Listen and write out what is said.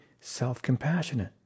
self-compassionate